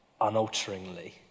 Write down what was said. unalteringly